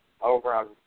over